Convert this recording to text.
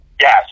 yes